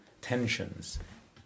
tensions